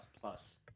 plus